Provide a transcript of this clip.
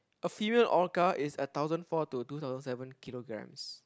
a female orca is a thousand four to two thousand seven kilograms